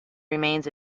remains